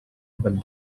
but